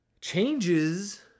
changes